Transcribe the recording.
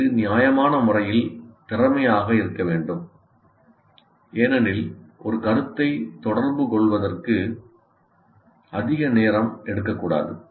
இது நியாயமான முறையில் திறமையாக இருக்க வேண்டும் ஏனெனில் ஒரு கருத்தை தொடர்புகொள்வதற்கு அதிக நேரம் எடுக்கக்கூடாது